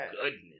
goodness